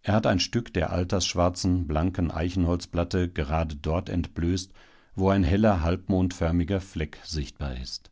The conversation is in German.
er hat ein stück der altersschwarzen blanken eichenholzplatte gerade dort entblößt wo ein heller halbmondförmiger fleck sichtbar ist